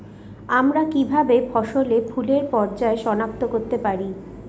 আমরা কিভাবে ফসলে ফুলের পর্যায় সনাক্ত করতে পারি?